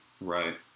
Right